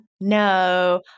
No